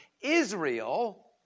Israel